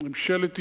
גירשה ממשלת ישראל,